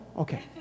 Okay